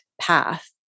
path